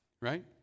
right